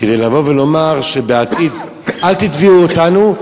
כדי לבוא ולומר שבעתיד אל תתבעו אותנו,